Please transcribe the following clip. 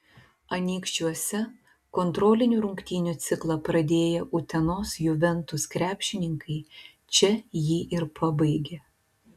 anykščiuose kontrolinių rungtynių ciklą pradėję utenos juventus krepšininkai čia jį ir pabaigė